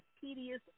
tedious